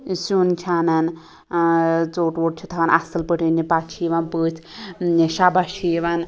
سیٛن چھِ انان ٲں ژوٚٹ ووٚٹ چھِ تھاوان اصٕل پٲٹھۍ أنِتھ پَتہٕ چھِ یوان پٔژھۍ شَبَس چھِ یوان